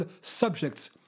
subjects